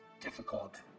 Difficult